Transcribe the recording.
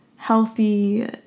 healthy